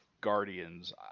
Guardians